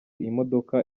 imodoka